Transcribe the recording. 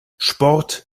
sport